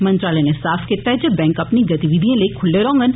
मंत्रालय नै साफ कीता ऐ जे बैंक अपनी गतिविधिए लेई खुल्ले रौंडन